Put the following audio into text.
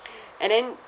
and then